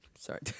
Sorry